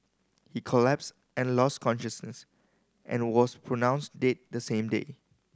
he collapsed and lost consciousness and was pronounced dead the same day